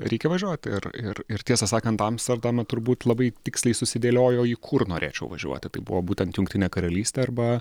reikia važiuot ir ir ir tiesą sakant amsterdame turbūt labai tiksliai susidėliojo į kur norėčiau važiuoti tai buvo būtent jungtinė karalystė arba